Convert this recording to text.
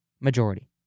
majority